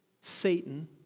Satan